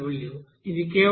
అది కేవలం 50 కి సమానం